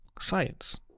science